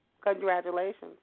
Congratulations